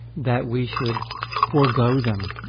that we should forgo them,